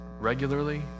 regularly